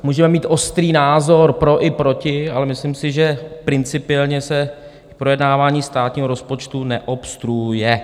Můžeme mít ostrý názor pro i proti, ale myslím si, že principiálně se projednávání státního rozpočtu neobstruuje.